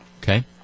Okay